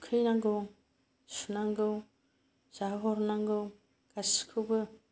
थुखैनांगौ सुनांगौ जाहोहरनांगौ गासैखौबो